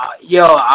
Yo